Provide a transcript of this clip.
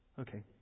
Okay